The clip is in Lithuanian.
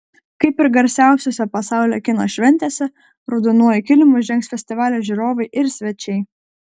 kaip ir garsiausiose pasaulio kino šventėse raudonuoju kilimu žengs festivalio žiūrovai ir svečiai